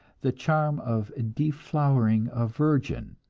the charm of deflowering a virgin.